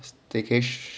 staycat~